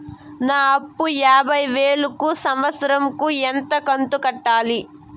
నా అప్పు యాభై వేలు కు సంవత్సరం కు ఎంత కంతు కట్టాలి?